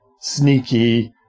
sneaky